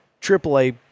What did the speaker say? triple-A